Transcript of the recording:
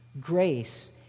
Grace